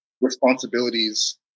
responsibilities